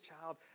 child